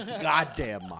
goddamn